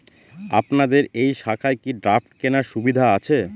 আপনাদের এই শাখায় কি ড্রাফট কেনার সুবিধা আছে?